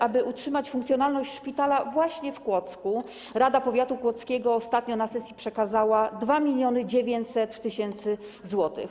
Aby utrzymać funkcjonalność szpitala właśnie w Kłodzku, Rada Powiatu Kłodzkiego ostatnio na sesji przekazała 2900 tys. zł.